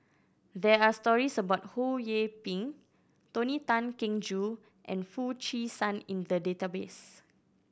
there are stories about Ho Yee Ping Tony Tan Keng Joo and Foo Chee San in the database